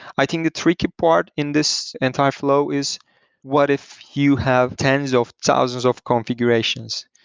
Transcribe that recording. i think the tricky part in this entire flow is what if you have tens of thousands of configuration,